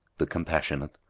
the compassionate,